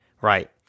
right